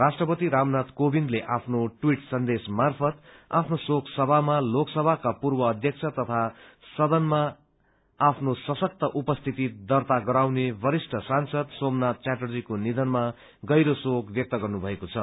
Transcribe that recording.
राष्ट्रपति रामनाथ कोविन्दले आफ्नो ट्वीट सन्देश मार्फत आफ्नो शोक सन्देशमा लोकसभाका पूर्व अध्यक्ष तथा सदनमा आफ्नो सशक्त उपस्थिति दर्ता गराउने वरिष्ठ सांसद सोमनाथ च्याटर्जीको निधनमा गहिरो शोक व्यक्त गर्नुभएको छ